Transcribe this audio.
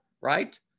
right